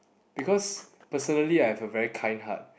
because personally I have a very kind heart